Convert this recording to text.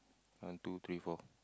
one two three four